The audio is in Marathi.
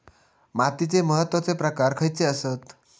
मातीचे महत्वाचे प्रकार खयचे आसत?